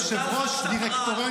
יושב-ראש דירקטוריון,